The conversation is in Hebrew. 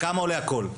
כמה עולה הכול.